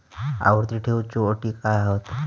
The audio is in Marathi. आवर्ती ठेव च्यो अटी काय हत?